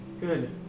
good